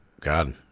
God